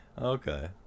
Okay